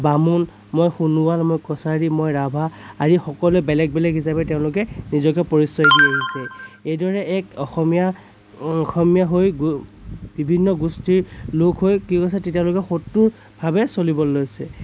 বামুণ মই সোনোৱাল মই কছাৰী মই ৰাভা আদি সকলোৱে বেলেগ বেলেগ হিচাপে তেওঁলোকে নিজকে পৰিচয় দি আহিছে এইদৰে এক অসমীয়া অসমীয়া হৈ বিভিন্ন গোষ্ঠীৰ লোক হৈ কি তেওঁলোকে শত্ৰুৰভাৱে চলিবলৈ লৈছে